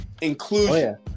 inclusion